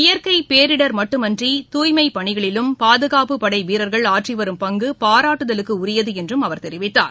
இயற்கைபேரிடர் மட்டுமன்றி தூய்மைப் பணிகளிலும் பாதுகாப்புப் படைவீரர்கள் ஆற்றிவரும் பங்குபாராட்டுதலுக்குரியதுஎன்றும் அவர் தெரிவித்தார்